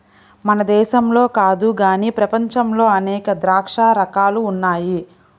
మన దేశంలో కాదు గానీ ప్రపంచంలో అనేక ద్రాక్ష రకాలు ఉన్నాయి